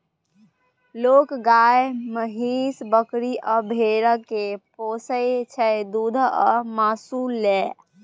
लोक गाए, महीष, बकरी आ भेड़ा केँ पोसय छै दुध आ मासु लेल